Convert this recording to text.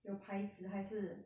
有牌子还是